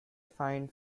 find